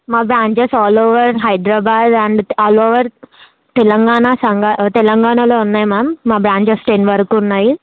మా branches all over Hyderabad and all over Telangana సంగా తెలంగాణాలో ఉన్నాయి మ్యామ్ మా బ్రాంఛస్ టెన్ వరకూ ఉన్నాయి